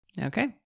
Okay